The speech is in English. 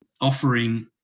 offering